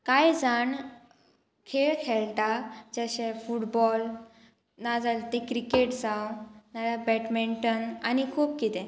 कांय जाण खेळ खेळटा जशे फुटबॉल ना जाल्यार ती क्रिकेट जावं ना जाल्यार बॅटमिंटन आनी खूब कितें